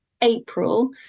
April